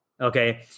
Okay